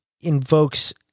invokes